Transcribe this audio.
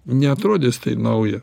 neatrodys tai nauja